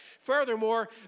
Furthermore